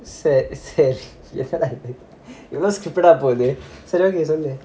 செரி செரி இவ்ளோ:seri seri ivlo stupid ஆ போகுது செரி:aa poguthu seri okay சொல்லு:sollu